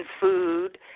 food